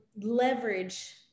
leverage